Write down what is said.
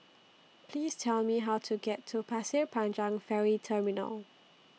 Please Tell Me How to get to Pasir Panjang Ferry Terminal